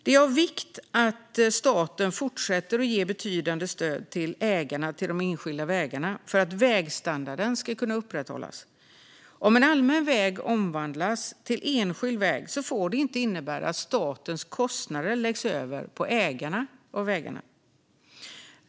Det är av vikt att staten fortsätter att ge betydande stöd till ägarna av de enskilda vägarna för att vägstandarden ska kunna upprätthållas. Om en allmän väg omvandlas till enskild väg får det inte innebära att statens kostnader läggs över på ägarna av vägarna.